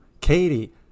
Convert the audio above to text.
Katie